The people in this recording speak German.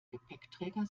gepäckträger